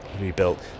rebuilt